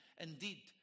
indeed